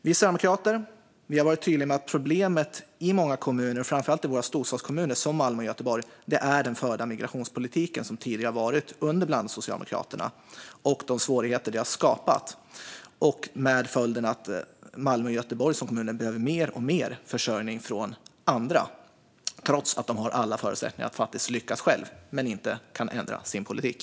Vi sverigedemokrater har varit tydliga med att problemet i framför allt storstadskommuner, till exempel Malmö och Göteborg, är de svårigheter den förda migrationspolitiken under bland annat Socialdemokraterna har skapat. Följden är att Malmö och Göteborg behöver mer och mer försörjning från andra, trots att de har alla förutsättningar att lyckas själva, men de kan inte ändra sin politik.